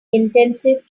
intensive